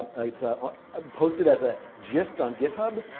it's ah ah ah posted as a gist on github.